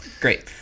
great